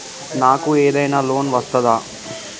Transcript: నాకు ఏదైనా లోన్ వస్తదా?